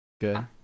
good